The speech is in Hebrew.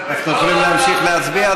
אנחנו יכולים להמשיך להצביע,